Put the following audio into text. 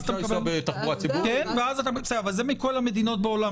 זה מכל המדינות בעולם,